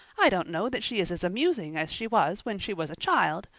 i don't know that she is as amusing as she was when she was a child,